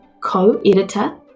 co-editor